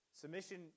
Submission